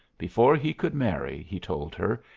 before he could marry, he told her,